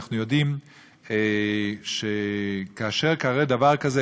אנחנו יודעים שכאשר קורה דבר כזה,